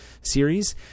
series